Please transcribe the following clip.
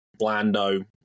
Blando